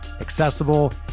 accessible